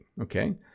okay